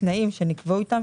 התנאים שנקבעו איתם,